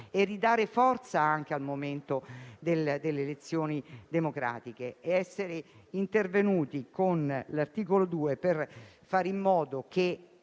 e ridare forza al momento delle elezioni democratiche. Essere intervenuti con l'articolo 2 per fare in modo che